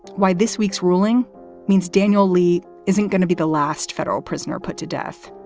why this week's ruling means daniel lee isn't going to be the last federal prisoner put to death.